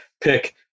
pick